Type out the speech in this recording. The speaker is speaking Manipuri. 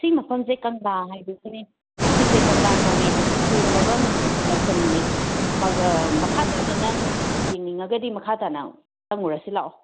ꯁꯤ ꯃꯐꯝꯁꯦ ꯀꯪꯂꯥ ꯍꯥꯏꯕꯁꯤꯅꯦ ꯁꯤꯁꯦ ꯀꯪꯂꯥ ꯀꯧꯋꯦ ꯁꯤꯁꯦ ꯁꯦꯡꯂꯕ ꯃꯅꯤꯄꯨꯔꯒꯤ ꯂꯥꯏꯁꯪꯅꯤ ꯃꯈꯥꯇꯥꯅ ꯅꯪ ꯌꯦꯡꯅꯤꯡꯉꯒꯗꯤ ꯃꯈꯥꯇꯥꯅ ꯆꯪꯉꯨꯔꯁꯤ ꯂꯥꯛꯑꯣ